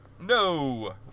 No